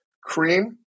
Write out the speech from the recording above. cream